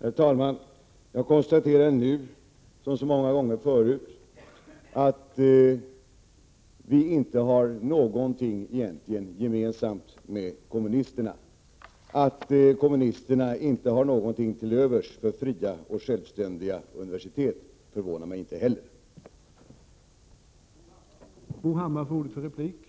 Herr talman! Jag konstaterar nu som många gånger förut att vi egentligen inte har någonting gemensamt med kommunisterna. Att kommunisterna inte har någonting till övers för fria och självständiga universitet förvånar miginte Prot. 1987/88:130